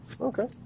Okay